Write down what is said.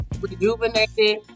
rejuvenated